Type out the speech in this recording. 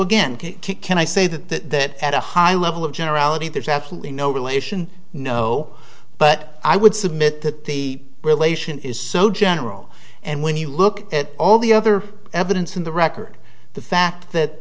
again can i say that at a high level of generality there is absolutely no relation no but i would submit that the relation is so general and when you look at all the other evidence in the record the fact that